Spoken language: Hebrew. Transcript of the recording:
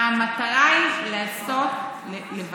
המטרה היא לוודא